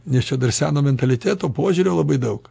nes čia dar seno mentaliteto požiūrio labai daug